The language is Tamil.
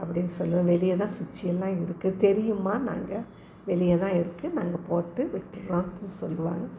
அப்படின்னு சொல்லுவேன் வெளியே சுச்சு எல்லாம் இருக்கு தெரியுமானாங்க வெளியேதான் இருக்குது நாங்கள் போட்டு விட்டுறோம் அப்டின்னு சொல்லுவாங்க